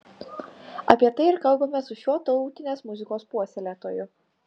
apie tai ir kalbamės su šiuo tautinės muzikos puoselėtoju